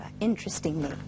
interestingly